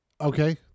Okay